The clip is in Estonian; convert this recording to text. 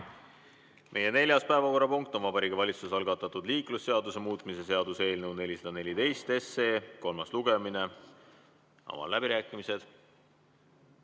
Meie neljas päevakorrapunkt on Vabariigi Valitsuse algatatud liiklusseaduse muutmise seaduse eelnõu 414 kolmas lugemine. Avan läbirääkimised.